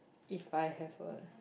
if I have a